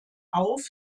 auf